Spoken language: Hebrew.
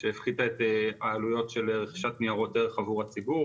שהפחיתה את העלות של רכישת ניירות ערך עבור הציבור